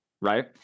right